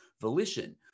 volition